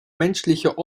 menschlicher